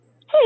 hey